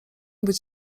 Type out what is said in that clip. być